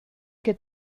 que